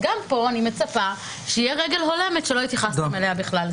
גם פה אני מצפה שתהיה רגל הולמת ולא התייחסתם אליה בכלל.